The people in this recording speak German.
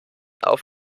auf